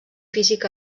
físic